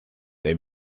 they